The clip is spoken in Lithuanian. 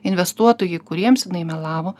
investuotojai kuriems jinai melavo